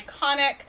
iconic